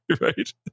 Right